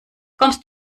kommst